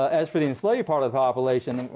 as for the enslaved part of the population,